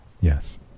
Yes